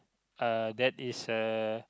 uh that is a